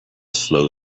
slow